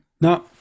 no